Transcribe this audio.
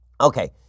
Okay